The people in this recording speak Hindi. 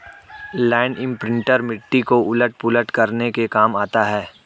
लैण्ड इम्प्रिंटर मिट्टी को उलट पुलट करने के काम आता है